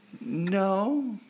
No